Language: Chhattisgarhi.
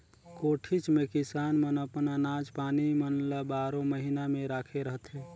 कोठीच मे किसान मन अपन अनाज पानी मन ल बारो महिना ले राखे रहथे